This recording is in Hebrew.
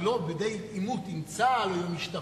ולא בעימות עם צה"ל או עם המשטרה,